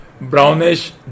Brownish